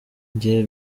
njye